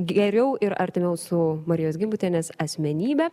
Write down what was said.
geriau ir artimiau su marijos gimbutienės asmenybe